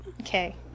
okay